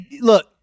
look